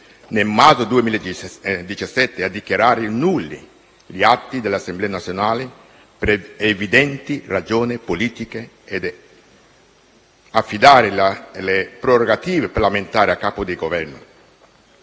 nel marzo 2017 - a dichiarare nulli gli atti dell'Assemblea nazionale per evidenti ragioni politiche e ad affidare le prerogative parlamentari al capo del Governo.